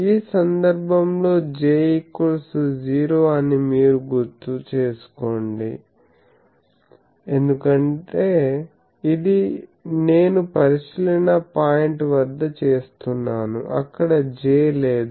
ఈ సందర్భంలో J0 అని మీరు గుర్తుంచుకోండి ఎందుకంటే ఇది నేను పరిశీలన పాయింట్ వద్ద చేస్తున్నాను అక్కడ J లేదు